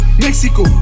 Mexico